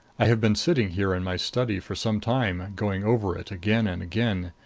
i have been sitting here in my study for some time, going over it again and again.